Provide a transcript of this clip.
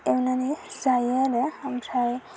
एवनानै जायो आरो आमफ्राय